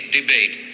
debate